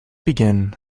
begin